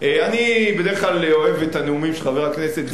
אני בדרך כלל אוהב את הנאומים של חבר הכנסת גילאון.